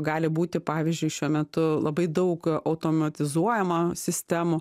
gali būti pavyzdžiui šiuo metu labai daug automatizuojama sistemų